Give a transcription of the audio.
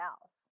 else